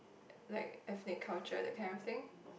like ethnic culture that kind of thing